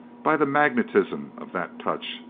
by the magnetism of that touch,